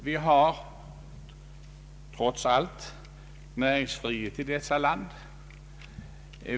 Vi har trots allt näringsfrihet i detta land.